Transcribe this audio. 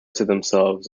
themselves